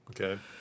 Okay